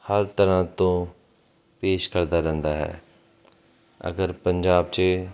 ਹਰ ਤਰ੍ਹਾਂ ਤੋਂ ਪੇਸ਼ ਕਰਦਾ ਰਹਿੰਦਾ ਹੈ ਅਗਰ ਪੰਜਾਬ 'ਚ